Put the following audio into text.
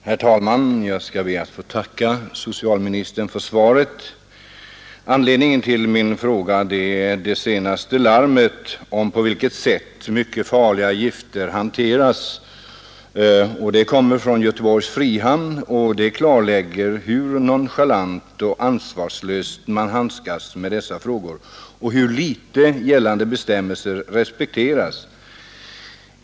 Herr talman! Jag ber att få tacka socialministern för svaret. Anledningen till min fråga är det senaste larmet om på vilket sätt mycket farliga gifter hanteras. Det larmet kommer från Göteborgs frihamn och klarlägger hur nonchalant och ansvarslöst man handskas med dessa frågor och hur litet gällande bestämmelser respekteras.